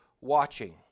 watching